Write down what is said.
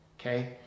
okay